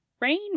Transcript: Rain